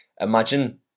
imagine